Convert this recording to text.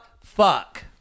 fuck